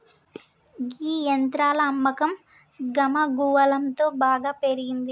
గీ యంత్రాల అమ్మకం గమగువలంతో బాగా పెరిగినంది